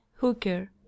hooker